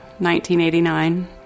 1989